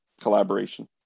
collaboration